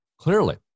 clearly